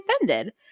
offended